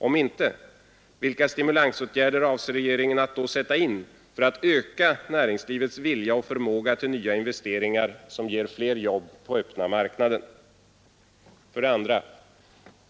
Om inte, vilka stimulansåtgärder avser regeringen att sätta in för att öka näringslivets vilja och förmåga till nya investeringar som ger fler jobb på öppna marknaden? 2.